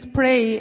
pray